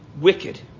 wicked